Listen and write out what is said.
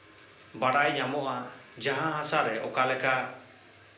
ᱵᱟᱲᱟᱭ ᱧᱟᱢᱚᱜᱼᱟ ᱡᱟᱦᱟᱸ ᱦᱟᱥᱟᱨᱮ ᱚᱠᱟ ᱞᱮᱠᱟ